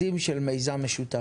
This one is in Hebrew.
אני מהחסידים של מיזם משותף,